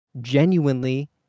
genuinely